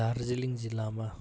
दार्जिलिङ जिल्लामा